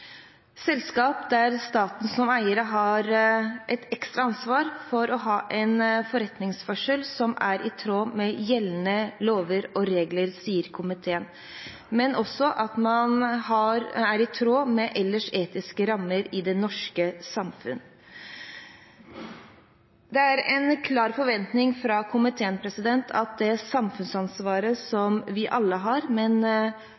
selskap der staten er eier, har et ekstra ansvar for å ha en forretningsførsel som er i tråd med gjeldende lover og regler, men også i tråd med øvrige etiske rammer i det norske samfunn. Det er en klar forventning fra komiteen at det samfunnsansvaret